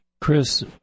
Chris